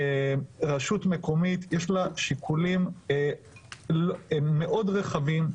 רשות מקומית יש לה שיקולים מאוד רחבים,